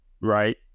right